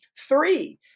three